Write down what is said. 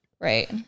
right